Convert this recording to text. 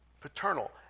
paternal